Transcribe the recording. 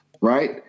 right